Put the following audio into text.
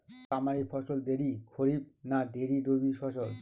তামারি ফসল দেরী খরিফ না দেরী রবি ফসল?